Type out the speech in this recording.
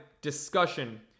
discussion